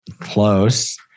Close